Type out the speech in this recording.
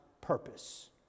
purpose